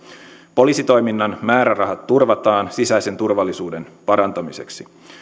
poliisitoiminnan määrärahat turvataan sisäisen turvallisuuden parantamiseksi